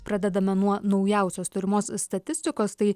pradedame nuo naujausios turimos statistikos tai